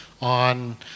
on